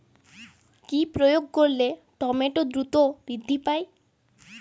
কি প্রয়োগ করলে টমেটো দ্রুত বৃদ্ধি পায়?